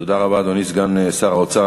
תודה רבה, אדוני סגן שר האוצר.